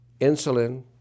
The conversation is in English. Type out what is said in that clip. insulin